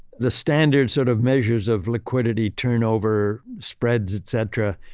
the standard sort of measures of liquidity, turnover, spreads, et cetera,